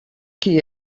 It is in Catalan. qui